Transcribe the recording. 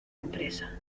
empresa